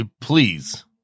please